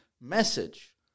message